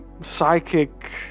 psychic